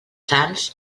sants